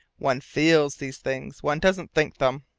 one feels these things one doesn't think them.